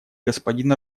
господин